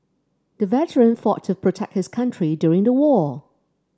the veteran fought to protect his country during the war